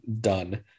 done